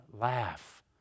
laugh